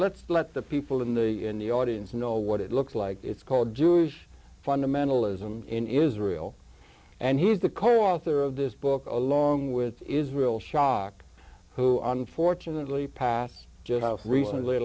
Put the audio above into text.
let's let the people in the in the audience know what it looks like it's called jewish fundamentalism in israel and he's the co author of this book along with israel shock who unfortunately passed just recently